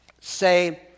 say